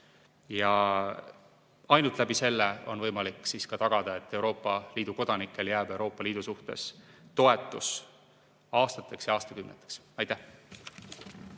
Ainult selle kaudu on võimalik tagada, et Euroopa Liidu kodanikel jääb Euroopa Liidu suhtes toetus aastateks ja aastakümneteks. Aitäh!